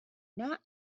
not